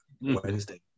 wednesday